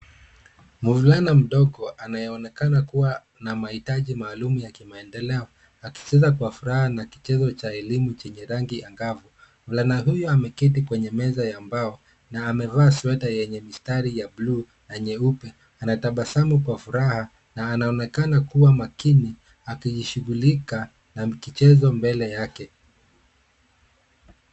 Mvulana mdogo anayeonekana kuwa na mahitaji maaluma ya kimaendeleo akicheza kwa furaha na kichezo cha elimu chenye rangi angavu. Mvulana huyo ameketi kwenye meza ya mbao na amevaa sweta yenye mistari ya buluu na nyeupe anatabasamu kwa furaha na anaonekana kuwa makini akijishighulika na kichezo mbele yake.